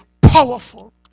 powerful